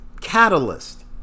catalyst